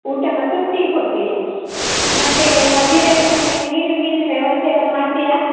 ಊಟ ಮತ್ತೆ ಟೀ ಕೊಡ್ತೀರಿ ಮತ್ತೆ ಮಧ್ಯದಲ್ಲಿ ನಮಗೆ ನೀರು ಗೀರಿನ ವ್ಯವಸ್ಥೆಯೆಲ್ಲ ಮಾಡ್ತೀರ